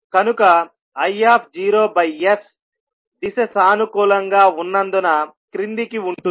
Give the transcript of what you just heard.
కనుక i0s దిశ సానుకూలంగా ఉన్నందున క్రిందికి ఉంటుంది